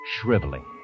shriveling